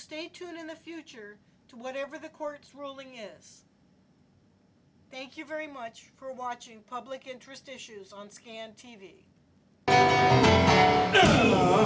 stay tuned in the future to whatever the court's ruling is thank you very much for watching public interest issues on scan